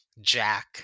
Jack